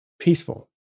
peaceful